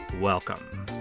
Welcome